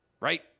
right